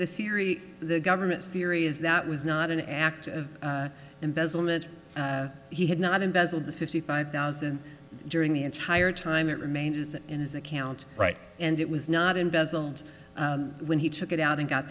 the theory the government's theory is that was not an act of embezzlement he had not embezzled the fifty five thousand during the entire time that remains is in his account right and it was not embezzle when he took it out and got